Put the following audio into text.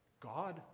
God